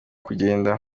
kugenda